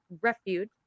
refuge